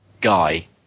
Guy